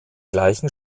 gleichen